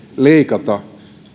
leikata